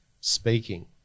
speaking